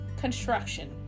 Construction